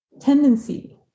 tendency